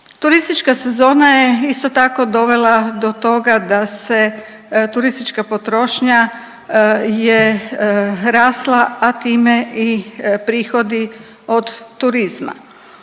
Turistička sezona je isto tako dovela do toga da se, turistička potrošnja je rasla, a time i prihodi od turizma.